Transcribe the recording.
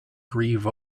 grieve